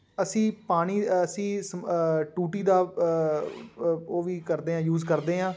ਅਸੀਂ ਪਾਣੀ ਅਸੀਂ ਸਮ ਟੂਟੀ ਦਾ ਅ ਉਹ ਵੀ ਕਰਦੇ ਹਾਂ ਯੂਜ ਕਰਦੇ ਹਾਂ